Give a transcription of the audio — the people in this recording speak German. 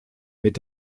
mit